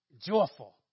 joyful